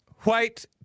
white